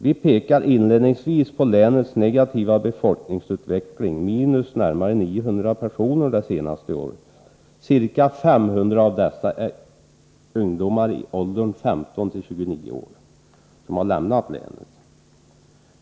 Vi pekar inledningsvis på länets negativa befolkningsutveckling — en minskning med närmare 900 personer under det senaste året, varav ca 500 är ungdomar i åldern 15-29 år, som har lämnat länet.